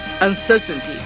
uncertainty